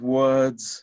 words